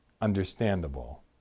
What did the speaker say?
understandable